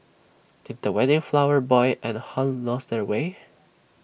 did the wedding flower boy and Hun lose their way